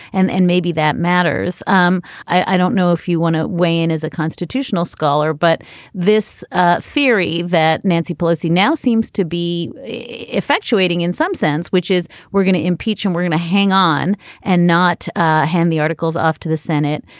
and and maybe that matters. um i don't know if you want to weigh in as a constitutional scholar, but this ah theory that nancy pelosi now seems to be effectuating in some sense, which is we're going to impeach and we're going to hang on and not hand the articles off to the senate.